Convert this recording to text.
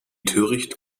töricht